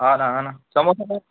हा ना हा ना समोसा पाव